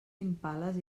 impales